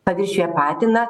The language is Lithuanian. paviršiuje patiną